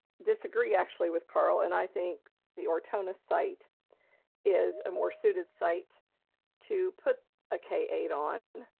disagree actually with carl and i think the ortona site is a more suited site to put a k eight on.